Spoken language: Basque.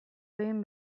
egin